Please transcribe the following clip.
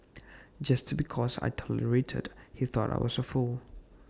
just because I tolerated he thought I was A fool